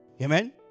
Amen